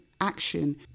action